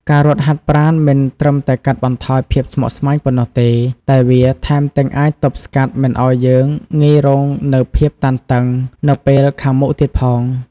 ការរត់ហាតប្រាណមិនត្រឹមតែកាត់បន្ថយភាពស្មុគស្មាញប៉ុណ្ណោះទេ តែវាថែមទាំងអាចទប់ស្កាត់មិនឲ្យយើងងាយរងនូវភាពតានតឹងនៅពេលខាងមុខទៀតផង។